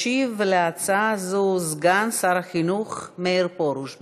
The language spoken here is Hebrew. ישיב על הצעה זו סגן שר החינוך מאיר פרוש.